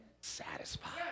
satisfied